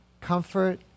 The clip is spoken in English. comfort